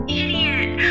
idiot